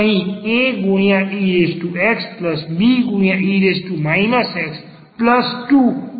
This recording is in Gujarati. અહીં aexbe x2 ઈક્વેશન આપણા સંબંધમાં આપેલ છે